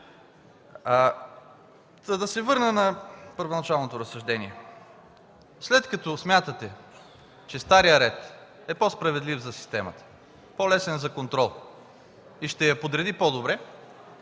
Да се върна на първоначалното разсъждение. След като смятате, че старият ред е по-справедлив за системата, по-лесен за контрол и ще я подреди по-добре,